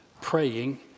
praying